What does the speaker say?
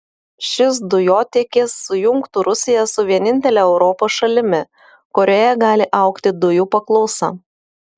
šis dujotiekis sujungtų rusiją su vienintele europos šalimi kurioje gali augti dujų paklausa